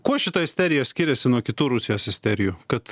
kuo šita isterija skiriasi nuo kitų rusijos isterijų kad